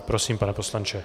Prosím, pane poslanče.